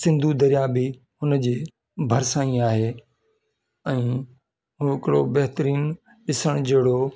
सिंधू दरिया बि हुनजे भरिसा ई आहे ऐं हो हिकिड़ो बहितरीनु ॾिसणु जहिड़ो